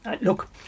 look